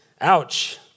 Ouch